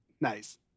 nice